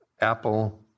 Apple